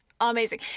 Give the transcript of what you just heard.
Amazing